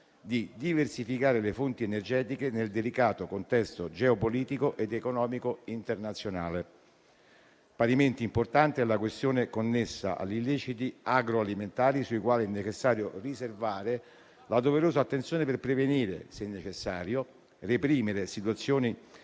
di diversificare le fonti energetiche nel delicato contesto geopolitico ed economico internazionale. Parimenti importante è la questione connessa agli illeciti agroalimentari, ai quali è necessario riservare la doverosa attenzione per prevenire e, se necessario, reprimere situazioni